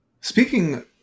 Speaking